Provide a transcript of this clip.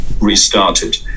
restarted